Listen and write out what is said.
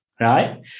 right